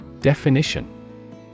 Definition